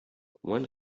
when